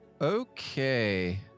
Okay